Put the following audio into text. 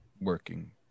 working